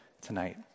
tonight